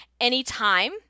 anytime